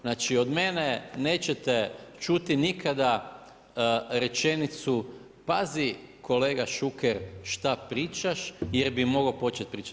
Znači od mene nećete čuti nikada rečenicu, pazi kolega Šuker šta pričaš jer bi mogao počet pričat.